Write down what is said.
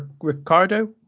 Ricardo